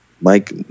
Mike